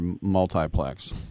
multiplex